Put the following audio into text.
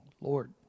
Lord